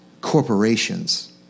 corporations